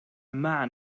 man